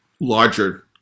larger